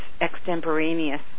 extemporaneous